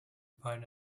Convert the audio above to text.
point